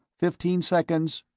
fifteen seconds.